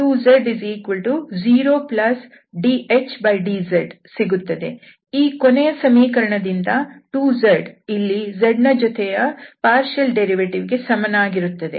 ಈ ಕೊನೆಯ ಸಮೀಕರಣದಿಂದ 2z ಇಲ್ಲಿ z ನ ಜೊತೆಯ ಭಾಗಶಃ ವ್ಯುತ್ಪನ್ನ ಕ್ಕೆ ಸಮಾನವಾಗಿರುತ್ತದೆ